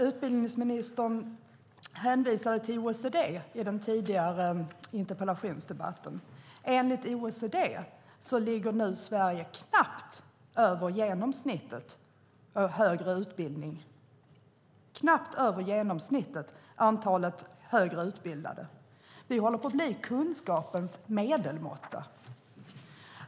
Utbildningsministern hänvisade till OECD i den tidigare interpellationsdebatten. Enligt OECD ligger Sverige knappt över genomsnittet i fråga om antalet högre utbildade. Sverige håller på att bli kunskapens medelmåtta.